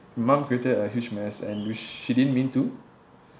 mum created a huge mess and which she didn't mean to